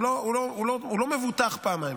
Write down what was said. הוא לא מבוטח פעמיים.